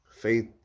Faith